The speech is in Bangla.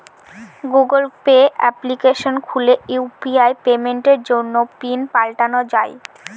গুগল পে অ্যাপ্লিকেশন খুলে ইউ.পি.আই পেমেন্টের জন্য পিন পাল্টানো যাই